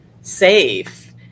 safe